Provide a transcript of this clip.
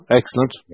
excellent